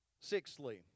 Sixthly